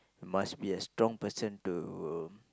must be a strong person to